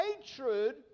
hatred